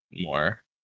more